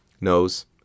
knows